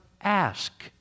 ask